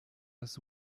das